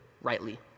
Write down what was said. rightly